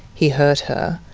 he hurt her.